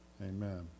Amen